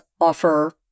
offer